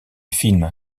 film